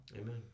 Amen